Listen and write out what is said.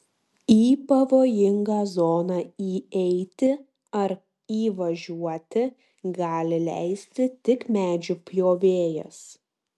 į pavojingą zoną įeiti ar įvažiuoti gali leisti tik medžių pjovėjas